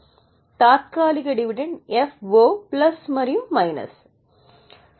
తాత్కాలిక dividend FO plus మరియు minus